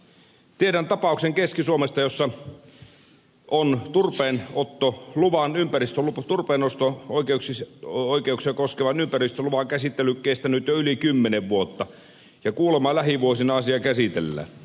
tiedän tapauksen keski suomesta jossa turpeennosto oikeuksia koskevan ympäristöluvan käsittely on kestänyt jo yli kymmenen vuotta ja kuulemma lähivuosina asia käsitellään